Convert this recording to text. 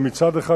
מצד אחד,